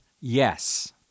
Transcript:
yes